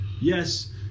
yes